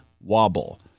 wobble